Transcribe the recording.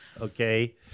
okay